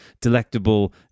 delectable